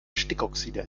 stickoxide